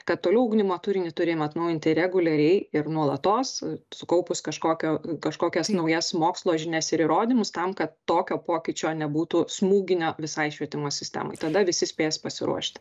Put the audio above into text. kad toliau ugdymo turinį turim atnaujinti reguliariai ir nuolatos sukaupus kažkokio kažkokias naujas mokslo žinias ir įrodymus tam kad tokio pokyčio nebūtų smūginio visai švietimo sistemai tada visi spės pasiruošti